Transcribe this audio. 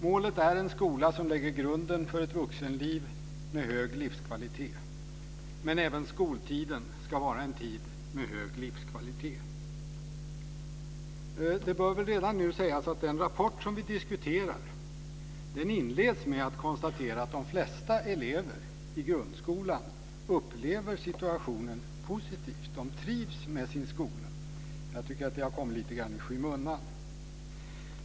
Målet är en skola som lägger grunden för ett vuxenliv med hög livskvalitet, men även skoltiden ska vara en tid med hög livskvalitet. Det bör redan nu sägas att den rapport som vi diskuterar inleds med ett konstaterande att de flesta elever i grundskolan upplever situationen positivt och trivs med sin skola. Jag tycker att det har kommit lite i skymundan.